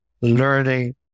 learning